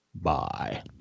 Bye